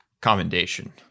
commendation